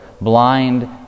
blind